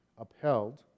upheld